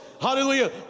hallelujah